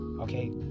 Okay